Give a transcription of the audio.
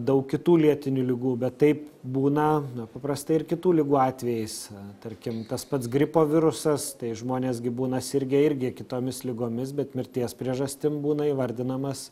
daug kitų lėtinių ligų bet taip būna na paprastai ir kitų ligų atvejais tarkim tas pats gripo virusas tai žmonės gi būna sirgę irgi kitomis ligomis bet mirties priežastim būna įvardinamas